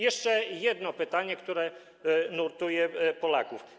Jeszcze jedno pytanie, które nurtuje Polaków.